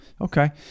Okay